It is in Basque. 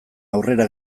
aurrera